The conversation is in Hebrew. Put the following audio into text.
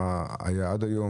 מה היה עד היום,